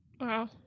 Wow